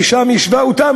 ושם היא יישבה אותם,